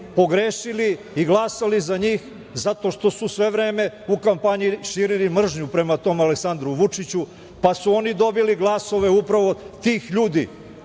pogrešili i glasali za njih zato što su sve vreme u kampanji širili mržnju prema tom Aleksandru Vučiću, pa su oni dobili glasove upravo tih ljudi